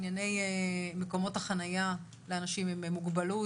ענייני מקומות החנייה לאנשים עם מוגבלות,